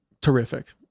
terrific